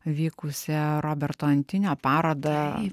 vykusią roberto antinio parodą